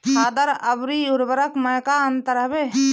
खादर अवरी उर्वरक मैं का अंतर हवे?